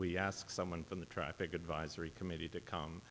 we ask someone from the traffic advisory committee to come